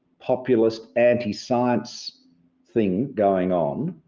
populist anti science thing going on,